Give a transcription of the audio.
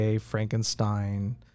frankenstein